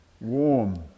warm